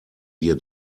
wir